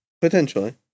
Potentially